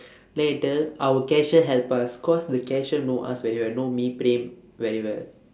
then he tell our cashier help us cause the cashier know us very well know me praem very well